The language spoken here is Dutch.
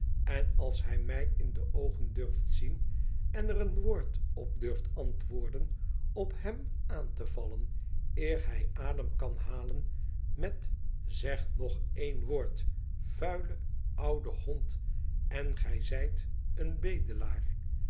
n als hij mij in de oogen durft zien en er een woord op durft antwoorden op hem aan te vallen eer hij adem kan halen met zeg nog één woord vuile oude hond en gij zijt een bedelaar